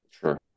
Sure